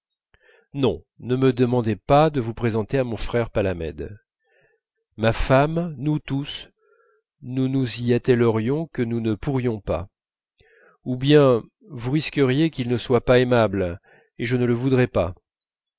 non ne me demandez pas de vous présenter à mon frère palamède ma femme nous tous nous nous y attellerions que nous ne pourrions pas ou bien vous risqueriez qu'il ne soit pas aimable et je ne le voudrais pas